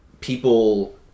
people